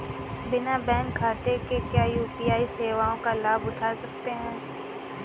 बिना बैंक खाते के क्या यू.पी.आई सेवाओं का लाभ उठा सकते हैं?